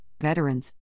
Veterans